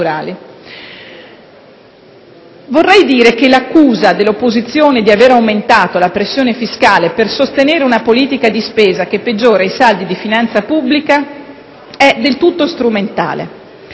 strutturali. L'accusa dell'opposizione di aver aumentato la pressione fiscale per sostenere una politica di spesa che peggiora i saldi di finanza pubblica è del tutto strumentale.